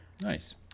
Nice